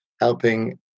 helping